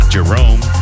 Jerome